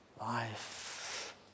life